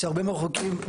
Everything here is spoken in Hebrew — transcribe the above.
יש הרבה מאוד חוקים,